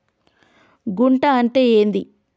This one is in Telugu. గుంట అంటే ఏంది?